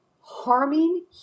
harming